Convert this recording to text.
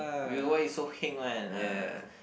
will why you so heng one ah